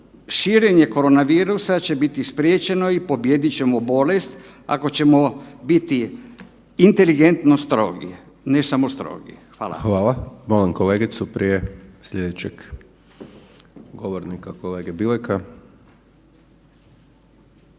širenje korona virusa će biti spriječeno i pobijedit ćemo bolest ako ćemo biti inteligentno strogi, ne samo strogi. Hvala. **Hajdaš Dončić, Siniša (SDP)** Hvala. Molim kolegicu prije slijedećeg govornika kolege Bileka. Hvala